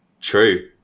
True